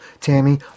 Tammy